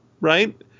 right